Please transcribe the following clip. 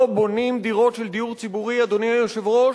לא בונים דירות של דיור ציבורי, אדוני היושב-ראש,